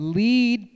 lead